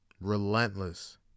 Relentless